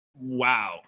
wow